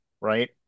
right